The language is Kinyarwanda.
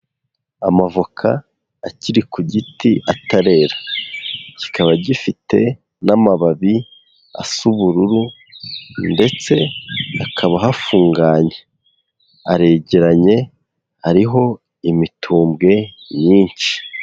Amavoka akiri ku giti atarera, kikaba gifite n'amababi asa ubururu ndetse hakaba hafunganye, aregeranye hariho imitumbwe myinshi.